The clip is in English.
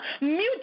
mutual